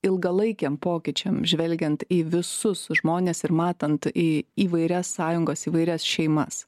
ilgalaikiam pokyčiam žvelgiant į visus žmones ir matant į įvairias sąjungas įvairias šeimas